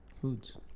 Foods